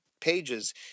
pages